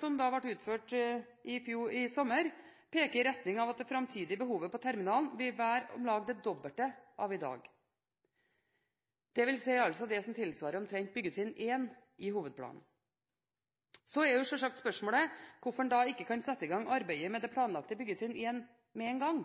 som ble utført i sommer, peker i retning av at det framtidige behovet på terminalen vil være om lag det dobbelte av i dag, dvs. det tilsvarer omtrent byggetrinn 1 i hovedplanen. Så er selvsagt spørsmålet hvorfor man ikke kan sette i gang arbeidet med det planlagte byggetrinn 1 med en gang.